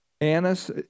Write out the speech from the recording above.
Annas